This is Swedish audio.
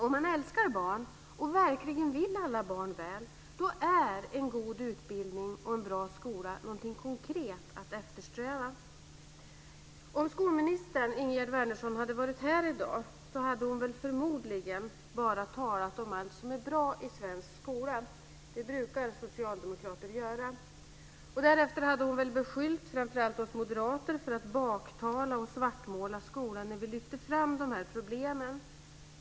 Om man älskar barn och verkligen vill alla barn väl, är en god utbildning och en bra skola något konkret att eftersträva. Om skolminister Ingegerd Wärnersson hade varit här i dag hade hon förmodligen bara talat om allt som är bra i svensk skola. Det brukar alla socialdemokrater göra. Därefter hade hon väl beskyllt framför allt oss moderater för att baktala och svartmåla skolan när vi lyfter fram de här problemen.